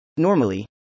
Normally